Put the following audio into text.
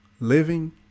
Living